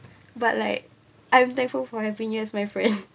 but like I'm thankful for having here my friend